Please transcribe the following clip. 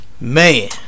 man